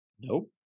Nope